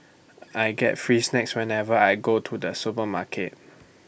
I get free snacks whenever I go to the supermarket